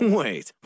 wait